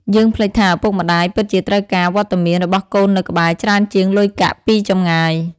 យើងភ្លេចថា ឪពុកម្តាយពិតជាត្រូវការ "វត្តមាន" របស់កូននៅក្បែរ ច្រើនជាង "លុយកាក់" ពីចម្ងាយ។